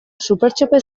supertxope